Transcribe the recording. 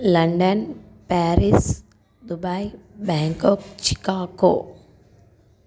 London Paris Dubai Bangkok Chicago